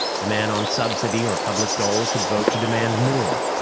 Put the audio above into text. the man on subsidy or public dole could vote to demand more.